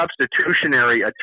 substitutionary